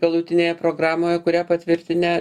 galutinėje programoje kurią patvirtinę